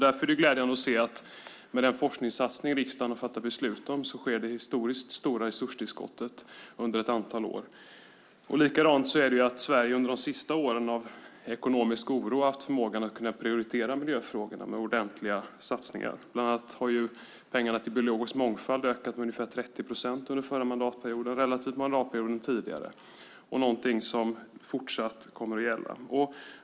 Därför är det glädjande att se att med den forskningssatsning som riksdagen har fattat beslut om sker det historiskt stora resurstillskott under ett antal år. Sverige har under de senaste åren av ekonomisk oro haft förmågan att prioritera miljöfrågorna med ordentliga satsningar. Bland annat har pengarna till biologisk mångfald ökat med ungefär 30 procent under förra mandatperioden relativt mandatperioden tidigare. Det är någonting som fortsatt kommer att gälla.